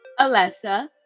Alessa